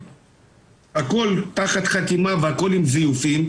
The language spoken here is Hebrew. שהכל נעשה תחת חתימה ותחת זיופים,